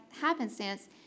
happenstance